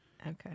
Okay